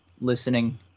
listening